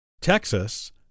Texas